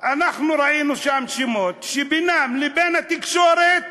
אנחנו ראינו שם שמות שבינם לבין התקשורת